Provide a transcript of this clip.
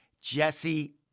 Jesse